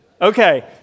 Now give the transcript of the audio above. Okay